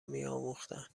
میآموختند